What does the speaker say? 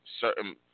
certain